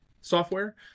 software